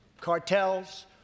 cartels